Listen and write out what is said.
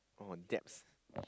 oh debts